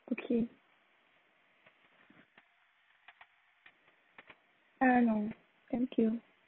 okay uh no thank you